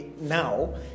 now